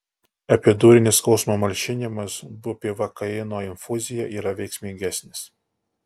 epidurinis skausmo malšinimas bupivakaino infuzija yra veiksmingesnis